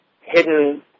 hidden